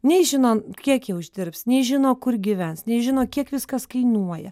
nei žino kiek jie uždirbs nei žino kur gyvens nei žino kiek viskas kainuoja